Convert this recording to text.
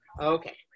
Okay